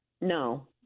No